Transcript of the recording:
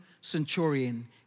centurion